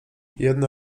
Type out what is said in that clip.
jedne